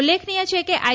ઉલ્લેખનીય છે કે આઇ